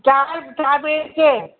ચાર ચાર બેડ છે